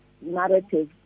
narrative